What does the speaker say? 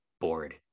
bored